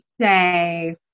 say